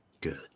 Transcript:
Good